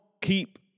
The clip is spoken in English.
keep